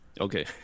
Okay